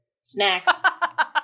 snacks